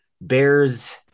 Bears